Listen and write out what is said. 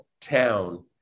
town